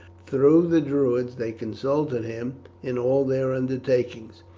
through the druids they consulted him in all their undertakings.